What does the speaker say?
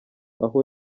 aho